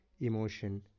emotion